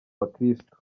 bakirisitu